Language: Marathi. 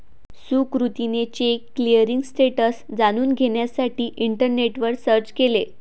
सुकृतीने चेक क्लिअरिंग स्टेटस जाणून घेण्यासाठी इंटरनेटवर सर्च केले